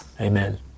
Amen